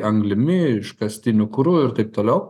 anglimi iškastiniu kuru ir taip toliau